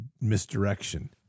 misdirection